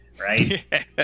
right